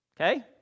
Okay